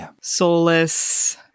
soulless